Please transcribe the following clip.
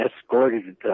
escorted